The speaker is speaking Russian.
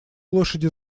лошади